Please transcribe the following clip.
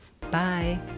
Bye